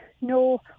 no